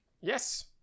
Yes